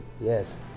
Yes